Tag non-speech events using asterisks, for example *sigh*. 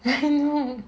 *laughs* I know